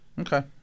Okay